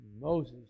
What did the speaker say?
Moses